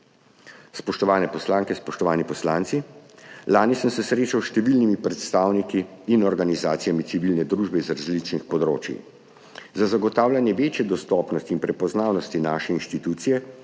Spoštovane poslanke, spoštovani poslanci! Lani sem se srečal s številnimi predstavniki in organizacijami civilne družbe z različnih področij. Za zagotavljanje večje dostopnosti in prepoznavnosti naše institucije